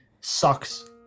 sucks